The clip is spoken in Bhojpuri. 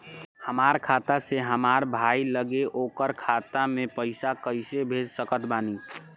हमार खाता से हमार भाई लगे ओकर खाता मे पईसा कईसे भेज सकत बानी?